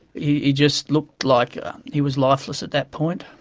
he just looked like he was lifeless at that point,